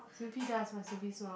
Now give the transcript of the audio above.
Snoopy does my Snoopy smile